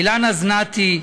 אילנה זינאתי,